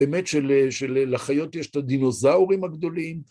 ‫באמת שלחיות יש את הדינוזאורים הגדולים.